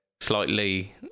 slightly